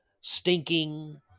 stinking